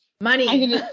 Money